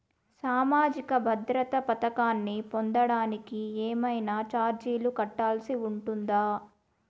సామాజిక భద్రత పథకాన్ని పొందడానికి ఏవైనా చార్జీలు కట్టాల్సి ఉంటుందా?